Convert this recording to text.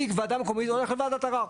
אני כוועדה מקומית הולך לוועדת ערער.